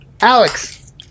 Alex